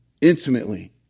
intimately